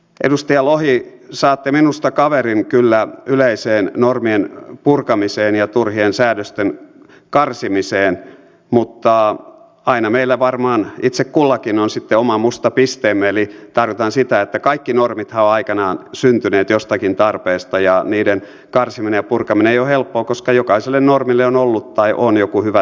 edustaja lohi saatte minusta kaverin kyllä yleiseen normien purkamiseen ja turhien säädösten karsimiseen mutta aina meillä varmaan itse kullakin on sitten oma musta pisteemme eli tarkoitan sitä että kaikki normithan ovat aikanaan syntyneet jostakin tarpeesta ja niiden karsiminen ja purkaminen ei ole helppoa koska jokaisella normilla on ollut tai on joku hyvä tarkoitus